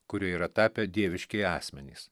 kurie yra tapę dieviškieji asmenys